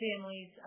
families